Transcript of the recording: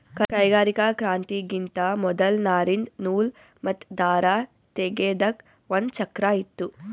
ಕೈಗಾರಿಕಾ ಕ್ರಾಂತಿಗಿಂತಾ ಮೊದಲ್ ನಾರಿಂದ್ ನೂಲ್ ಮತ್ತ್ ದಾರ ತೇಗೆದಕ್ ಒಂದ್ ಚಕ್ರಾ ಇತ್ತು